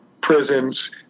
prisons